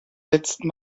letzten